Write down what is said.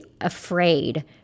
afraid